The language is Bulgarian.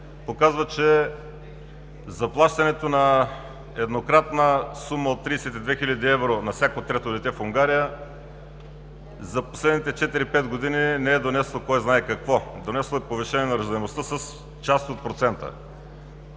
показва, че заплащането на еднократна сума от 32 хиляди евро на всяко трето дете в Унгария за последните четири, пет години не е донесло кой знае какво. Донесло е повишение на раждаемостта с част от процента.